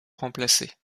remplacer